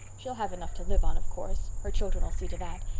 she'll have enough to live on of course. her children'll see to that.